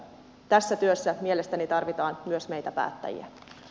tässä työssä mielestäni tarvitaan myös meitä päättäjiä